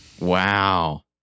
Wow